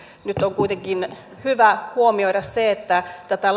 nyt on kuitenkin hyvä huomioida se että tätä